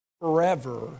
forever